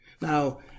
Now